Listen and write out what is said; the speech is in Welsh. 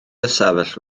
ystafell